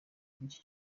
n’iki